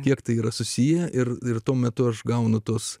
kiek tai yra susiję ir ir tuo metu aš gaunu tuos